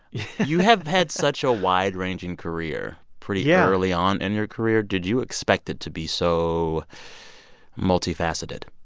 you have had such a wide-ranging career pretty yeah early on in your career. did you expect it to be so multifaceted?